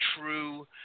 true